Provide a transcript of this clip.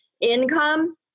income